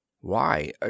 Why